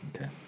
Okay